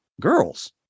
girls